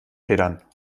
federn